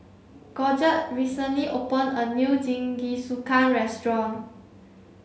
Georgette recently opened a new Jingisukan restaurant